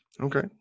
Okay